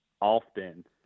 often